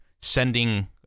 sending